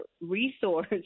resource